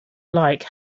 like